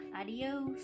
Adios